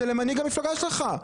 זה למנהיג המפלגה שלך.